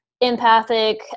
empathic